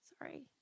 Sorry